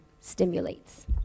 stimulates